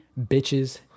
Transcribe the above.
Bitches